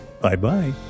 Bye-bye